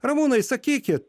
ramūnai sakykit